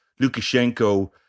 Lukashenko